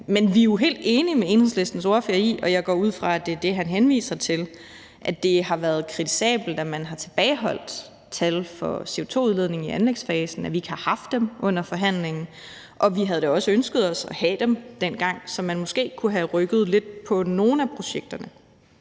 Men vi er jo helt enige med Enhedslistens ordfører i – og jeg går ud fra, at det er det, han henviser til – at det har været kritisabelt, at man har tilbageholdt tal for CO2-udledningen i anlægsfasen, altså at vi ikke har haft adgang til dem under forhandlingen, og vi havde da også ønsket at få dem dengang, så vi måske kunne have rykket lidt på nogle af projekterne.